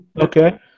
Okay